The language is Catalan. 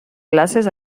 classes